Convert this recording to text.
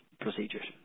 procedures